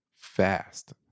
fast